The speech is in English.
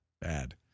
Bad